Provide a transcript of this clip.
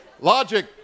Logic